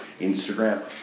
Instagram